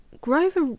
Grover